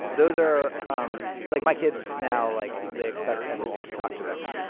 those are um like, my kids now, like, they expect everything to talk to them,